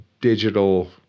digital